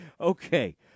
Okay